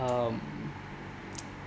um